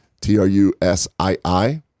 T-R-U-S-I-I